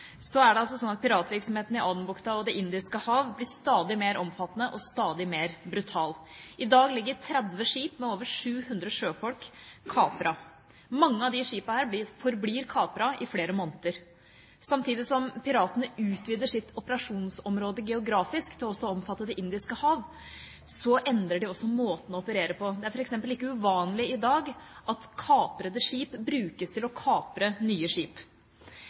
er det slik at piratvirksomheten i Adenbukta og Det indiske hav blir stadig mer omfattende og stadig mer brutal. I dag ligger 30 skip med over 700 sjøfolk kapret. Mange av disse skipene forblir kapret i flere måneder. Samtidig som piratene utvider sitt operasjonsområde geografisk til også å omfatte Det indiske hav, endrer de også måten å operere på. Det er f.eks. ikke uvanlig i dag at kaprede skip brukes til å kapre nye skip.